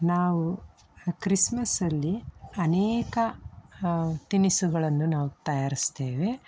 ನಾವು ಕ್ರಿಸ್ಮಸ್ಸಲ್ಲಿ ಅನೇಕ ತಿನಿಸುಗಳನ್ನು ನಾವು ತಯಾರಿಸ್ತೇವೆ